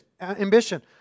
ambition